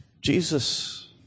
Jesus